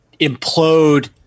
implode